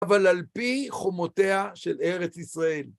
אבל על פי חומותיה של ארץ ישראל.